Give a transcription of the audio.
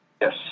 Yes